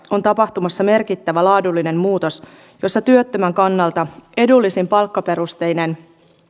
on tapahtumassa merkittävä laadullinen muutos jossa työttömän kannalta edullisin palkkaperusteinen